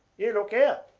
you look out.